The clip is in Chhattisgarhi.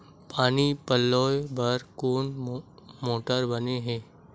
पानी पलोय बर कोन मोटर बने हे?